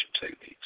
techniques